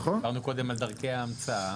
דיברנו קודם על דרכי ההמצאה.